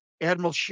Admiral